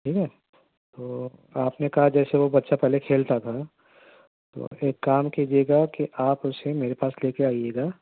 ٹھیک ہے تو آپ نے کہا جیسے وہ بچہ پہلے کھیلتا تھا تو ایک کام کیجیے گا کہ آپ اسے میرے پاس لے کے آئیے گا